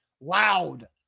loud